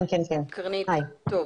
שלום.